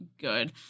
good